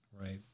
right